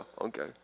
Okay